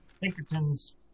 Pinkertons